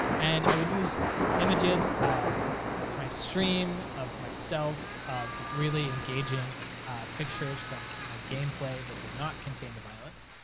and i would use images of my stream, of myself, of really engaging pictures from my gameplay that did not contain the violence,